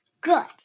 Good